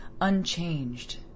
unchanged